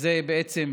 זה מקום